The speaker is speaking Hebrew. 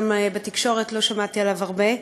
גם בתקשורת לא שמעתי עליו הרבה,